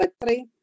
three